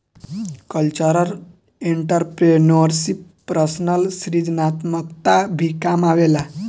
cultural entrepreneurship में personal सृजनात्मकता भी काम आवेला